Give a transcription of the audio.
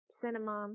cinema